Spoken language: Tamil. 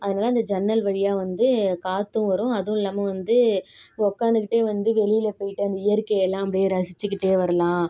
அதனால அந்த ஜன்னல் வழியாக வந்து காற்றும் வரும் அதுவும் இல்லாமல் வந்து உக்காந்துக்கிட்டே வந்து வெளியில் போய்ட்டு அந்த இயற்கை எல்லாம் அப்படியே ரசிச்சிகிட்டு வரலாம்